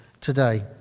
today